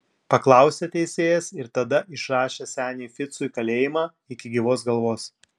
paklausė teisėjas ir tada išrašė seniui ficui kalėjimą iki gyvos galvos